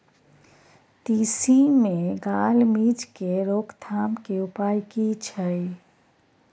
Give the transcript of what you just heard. तिसी मे गाल मिज़ के रोकथाम के उपाय की छै?